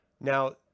Now